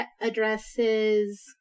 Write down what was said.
addresses